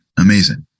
Amazing